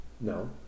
No